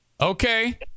Okay